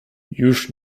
już